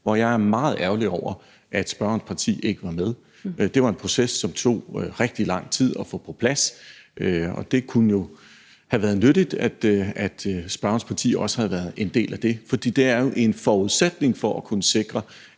hvor jeg er meget ærgerlig over, at spørgerens parti ikke var med. Det var en proces, som tog rigtig lang tid at få på plads, og det kunne jo have været nyttigt, at spørgerens parti også havde været en del af det. For det er jo en forudsætning for at kunne sikre,